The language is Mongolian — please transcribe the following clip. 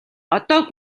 одоо